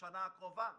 בשנה הקרובה בצפון?